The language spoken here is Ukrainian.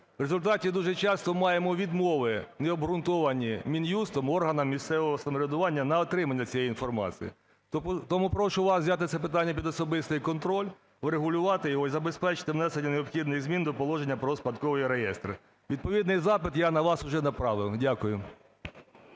В результаті дуже часто маємо відмови необґрунтовані Мін'юстом органам місцевого самоврядування на отримання цієї інформації. Тому прошу вас взяти це питання під особистий контроль, врегулювати його і забезпечити внесення необхідних змін до Положення про Спадковий реєстр. Відповідний запит я на вас уже направив. Дякую.